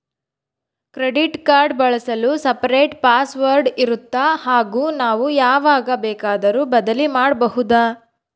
Credit card ಬಳಸಲು separate password ಇರುತ್ತಾ ಹಾಗೂ ನಾವು ಯಾವಾಗ ಬೇಕಾದರೂ ಬದಲಿ ಮಾಡಬಹುದಾ?